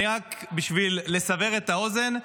רק בשביל לסבר את האוזן,